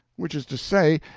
which is to say,